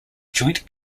joint